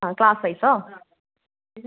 ആ ക്ലാസ് വൈസോ